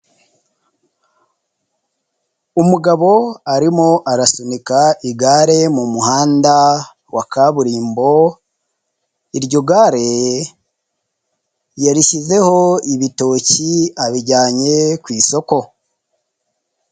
Umugabo arimo arasunika igare mu muhanda wa kaburimbo, iryo gare yarishyizeho ibitoki abijyanye ku isoko.